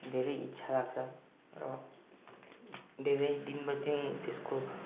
धेरै इच्छा लाग्छ र धेरै दिन ब दिन त्यसको